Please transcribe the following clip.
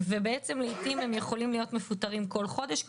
ולעיתים הם יכולים להיות מפוטרים בכל חודש,